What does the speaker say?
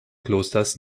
klosters